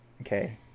okay